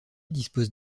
disposent